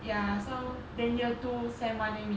ya so then year two sem one then we